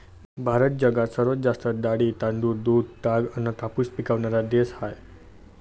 भारत जगात सर्वात जास्त डाळी, तांदूळ, दूध, ताग अन कापूस पिकवनारा देश हाय